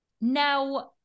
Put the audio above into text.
Now